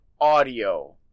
audio